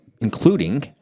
including